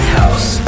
house